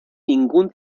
ningún